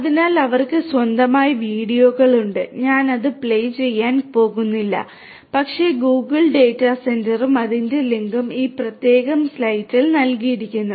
അതിനാൽ അവർക്ക് സ്വന്തമായി വീഡിയോകളുണ്ട് ഞാൻ അത് പ്ലേ ചെയ്യാൻ പോകുന്നില്ല പക്ഷേ ഗൂഗിൾ ഡാറ്റാ സെന്ററും അതിന്റെ ലിങ്കും ഈ പ്രത്യേക സ്ലൈഡിൽ നൽകിയിരിക്കുന്നു